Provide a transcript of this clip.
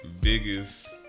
biggest